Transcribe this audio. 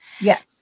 Yes